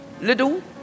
little